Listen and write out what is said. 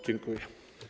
Dziękuję.